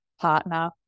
partner